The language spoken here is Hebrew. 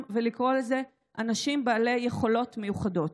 ולקרוא לזה "אנשים בעלי יכולות מיוחדות",